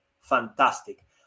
fantastic